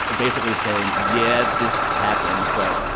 ah basically saying, yeah, this happens, but.